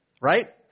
right